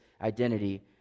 identity